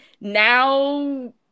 now